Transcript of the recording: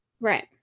Right